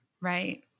Right